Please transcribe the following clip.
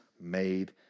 made